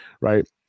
Right